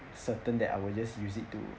certain that I will just use it to